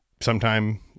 sometime